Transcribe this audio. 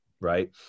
right